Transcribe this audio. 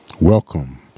Welcome